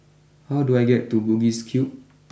how do I get to Bugis Cube